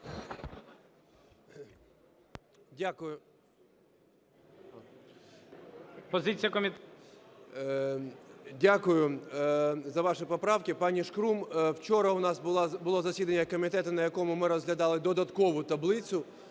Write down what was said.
Дякую за ваші поправки, пані Шкрум. Вчора у нас було засідання комітету, на якому ми розглядали додаткову таблицю...